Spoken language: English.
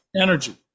energy